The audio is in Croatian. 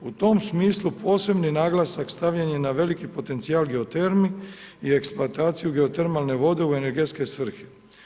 U tom smislu posebni naglasak stavljen je na veliki potencijal geotermi i eksploataciju geotermalne vode u energetske svrhe.